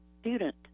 student